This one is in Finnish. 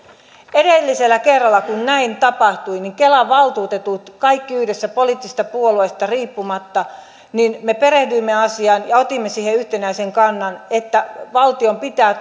edellisellä kerralla kun näin tapahtui me kelan valtuutetut kaikki yhdessä poliittisista puolueista riippumatta perehdyimme asiaan ja otimme siihen yhtenäisen kannan että valtion pitää